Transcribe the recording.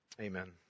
Amen